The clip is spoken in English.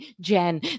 Jen